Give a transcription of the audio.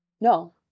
No